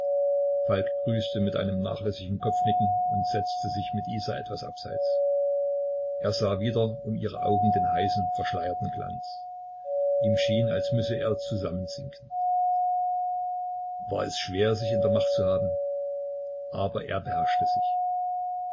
falk grüßte mit einem nachlässigen kopfnicken und setzte sich mit isa etwas abseits er sah wieder um ihre augen den heißen verschleierten glanz ihm schien als müsse er zusammensinken war es schwer sich in der macht zu haben aber er beherrschte sich